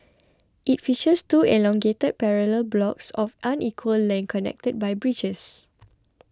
it features two elongated parallel blocks of unequal length connected by bridges